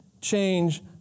change